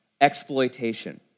exploitation